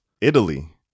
Italy